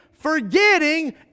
forgetting